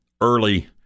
early